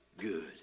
good